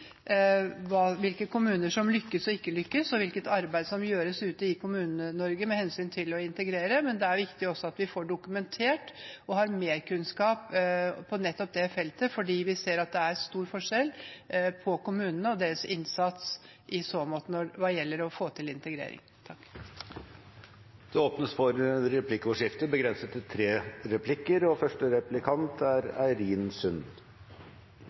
hvilke kommuner som lykkes og ikke lykkes, og hvilket arbeid som gjøres ute i Kommune-Norge med hensyn til å integrere, men det er viktig at vi også får dokumentert og har merkunnskap på nettopp det feltet, fordi vi ser at det er stor forskjell på kommunene og deres innsats hva gjelder å få til integrering. Det blir replikkordskifte. Jeg vet at representanten Schou er oppriktig opptatt av å bosette flyktninger i kommunene, og det synes jeg er